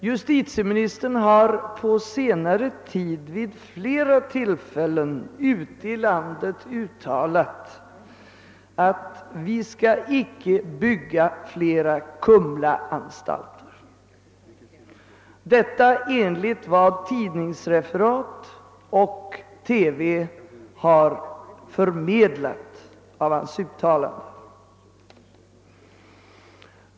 Justitieministern har på senare tid vid flera tillfällen ute i landet uttalat att vi icke skall bygga flera Kumlaanstalter, detta enligt vad tidningar och TV har förmedlat av hans uttalande.